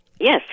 Yes